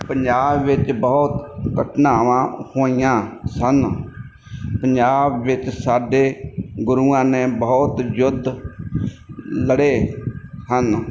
ਪੰਜਾਬ ਵਿੱਚ ਬਹੁਤ ਘਟਨਾਵਾਂ ਹੋਈਆਂ ਸਨ ਪੰਜਾਬ ਵਿੱਚ ਸਾਡੇ ਗੁਰੂਆਂ ਨੇ ਬਹੁਤ ਯੁੱਧ ਲੜੇ ਹਨ